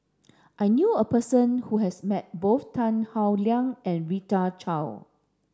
I knew a person who has met both Tan Howe Liang and Rita Chao